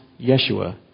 Yeshua